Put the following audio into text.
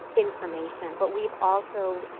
information. but weve also,